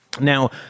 Now